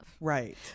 Right